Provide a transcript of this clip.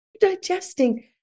digesting